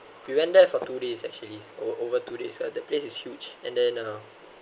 we went there for two days actually go over two days the place is huge and then uh